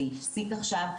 זה הפסיק עכשיו,